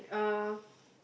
uh